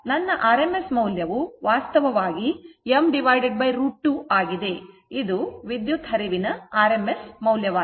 ಆದ್ದರಿಂದ ನನ್ನ rms ಮೌಲ್ಯವು ವಾಸ್ತವವಾಗಿ m √ 2 ಆಗಿದೆ ಇದು ವಿದ್ಯುತ್ ಹರಿವಿನ rms ಮೌಲ್ಯವಾಗಿದೆ